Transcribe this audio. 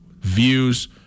Views